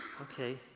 Okay